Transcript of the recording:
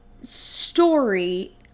story